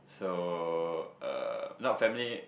so uh not family